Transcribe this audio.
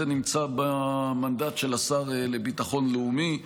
זה נמצא במנדט של השר לביטחון הלאומי.